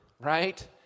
right